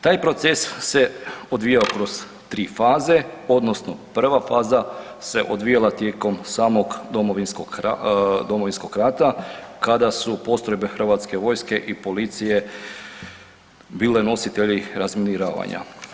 Taj proces se odvijao kroz tri faze odnosno prva faza se odvijala tijekom samog Domovinskog rata kada su postrojbe Hrvatske vojske i policije bile nositelji razminiravanja.